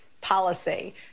policy